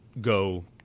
go